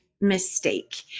mistake